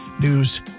news